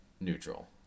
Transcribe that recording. neutral